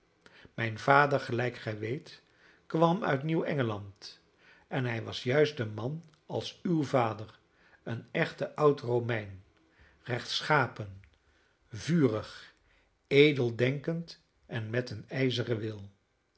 mijn vader gelijk gij weet kwam uit nieuw engeland en hij was juist een man als uw vader een echte oud romein rechtschapen vurig edeldenkend en met een ijzeren wil